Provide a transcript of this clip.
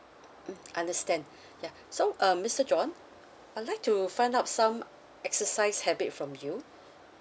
mm understand ya so uh mister john I'd like to find out some exercise habit from you